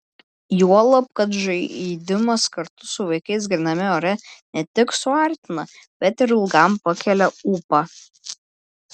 juolab kad žaidimas kartu su vaikais gryname ore ne tik suartina bet ir ilgam pakelia ūpą